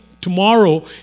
tomorrow